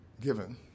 given